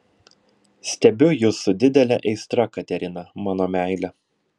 stebiu jus su didele aistra katerina mano meile